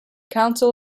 council